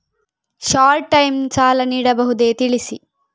Short time ಸಾಲ ನೀಡಬಹುದೇ ತಿಳಿಸಿ?